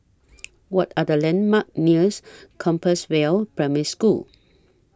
What Are The landmarks near Compassvale Primary School